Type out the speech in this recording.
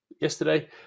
yesterday